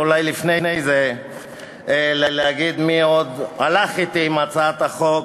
ואולי לפני זה להגיד מי עוד הלך אתי בהצעת החוק,